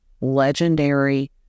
legendary